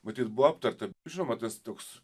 matyt buvo aptarta žinoma tas toks